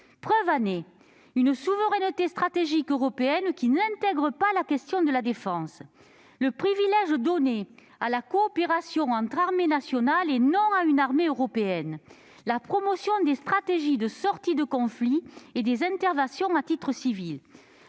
preuves : la souveraineté stratégique européenne qui n'intègre pas la question de la défense, le privilège donné à la coopération entre armées nationales et non à une armée européenne, la promotion des stratégies de sortie de conflit et des interventions à titre civil,